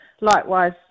likewise